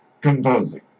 composing